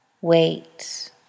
wait